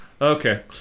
okay